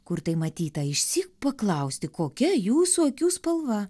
kur tai matyta išsyk paklausti kokia jūsų akių spalva